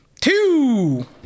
Two